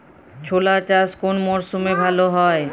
ছোলা চাষ কোন মরশুমে ভালো হয়?